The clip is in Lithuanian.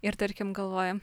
ir tarkim galvoji